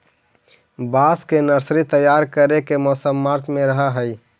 बांस के नर्सरी तैयार करे के मौसम मार्च में रहऽ हई